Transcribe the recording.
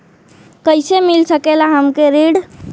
कइसे मिल सकेला हमके ऋण?